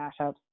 mashups